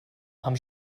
haben